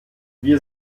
wir